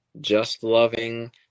just-loving